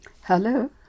hello